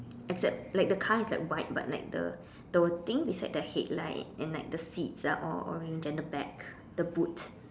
except like the car is like white but like the the thing beside the headlight and like the seats are all orange and the back the boot